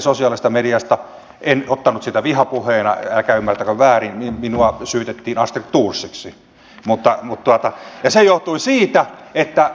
viimeksi sosiaalisessa mediassa en ottanut sitä vihapuheena älkää ymmärtäkö väärin minua syytettiin astrid thorsiksi ja se johtui siitä että